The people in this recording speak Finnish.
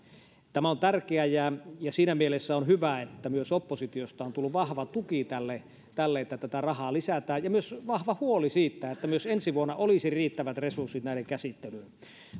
tämä on tärkeä ja ja siinä mielessä on hyvä että myös oppositiosta on tullut vahva tuki tälle tälle että tätä rahaa lisätään ja myös vahva huoli siitä että myös ensi vuonna olisi riittävät resurssit näiden käsittelyyn